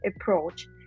approach